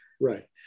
Right